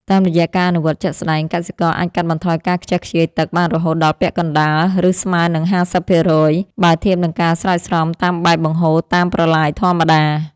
តាមរយៈការអនុវត្តជាក់ស្ដែង កសិករអាចកាត់បន្ថយការខ្ជះខ្ជាយទឹកបានរហូតដល់ពាក់កណ្ដាល ឬស្មើនឹង ៥០% បើធៀបនឹងការស្រោចស្រពតាមបែបបង្ហូរតាមប្រឡាយធម្មតា។